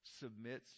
submits